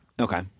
Okay